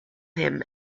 him